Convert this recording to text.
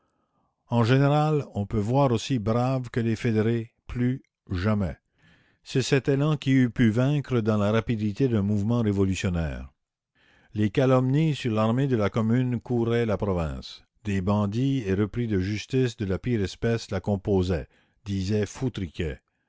en général on peut voir aussi braves que les fédérés plus jamais c'est cet élan qui eût pu vaincre dans la rapidité d'un mouvement révolutionnaire la commune les calomnies sur l'armée de la commune couraient la province des bandits et repris de justice de la pire espèce la composaient disait